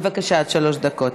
בבקשה, עד שלוש דקות.